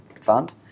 fund